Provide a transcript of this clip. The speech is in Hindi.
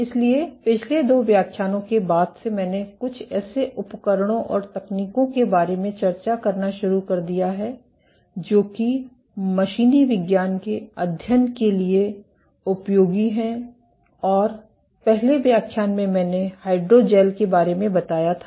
इसलिए पिछले दो व्याख्यानों के बाद से मैंने कुछ ऐसे उपकरणों और तकनीकों के बारे में चर्चा करना शुरू कर दिया है जो कि मशीनी विज्ञान के अध्ययन के लिए उपयोगी हैं और पहले व्याख्यान में मैंने हाइड्रोजेल के बारे में बताया था